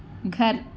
گھر